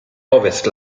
ovest